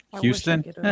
Houston